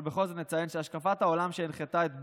אבל בכל זאת אציין שהשקפת העולם שהנחתה את ברל,